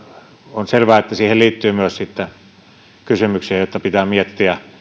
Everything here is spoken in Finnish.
on selvää että siihen liittyy myös sitten kysymyksiä joita pitää miettiä